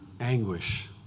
Anguish